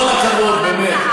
כל הכבוד, באמת.